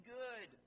good